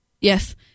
Yes